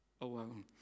alone